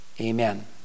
amen